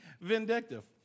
vindictive